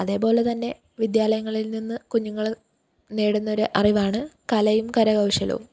അതേപോലെത്തന്നെ വിദ്യാലയങ്ങളിൽ നിന്ന് കുഞ്ഞുങ്ങൾ നേടുന്നൊരു അറിവാണ് കലയും കരകൗശലവും